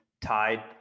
tied